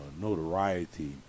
notoriety